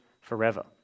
forever